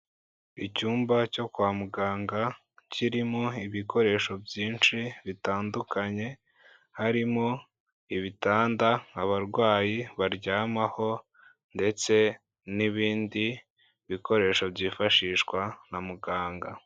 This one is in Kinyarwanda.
Icyumba cyo kwa muganga kirimo ibikoresho byinshi bitandukanye, harimo ibitanda abarwayi baryamaho ndetse n'ibindi bikoresho byifashishwa na muganga.